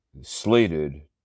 Slated